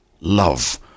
love